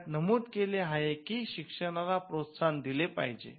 त्यात नमूद केले आहे की शिक्षणाला प्रोत्साहन दिले पाहिजे